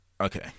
okay